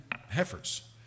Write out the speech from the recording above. heifers